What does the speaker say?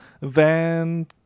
van